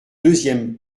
deuxième